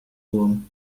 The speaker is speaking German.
wurm